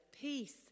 peace